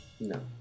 No